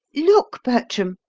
look, bertram,